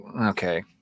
Okay